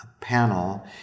panel